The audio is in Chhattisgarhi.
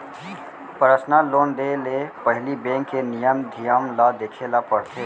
परसनल लोन देय ले पहिली बेंक के नियम धियम ल देखे ल परथे